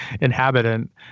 inhabitant